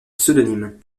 pseudonyme